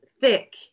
thick